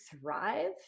thrive